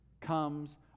comes